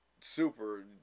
super